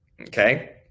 okay